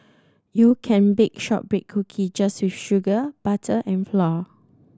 you can bake shortbread cookie just with sugar butter and flour